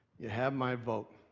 you have my vote.